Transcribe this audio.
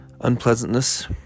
unpleasantness